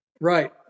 Right